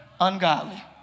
ungodly